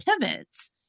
pivots